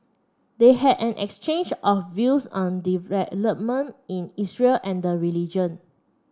they had an exchange of views on development in Israel and the religion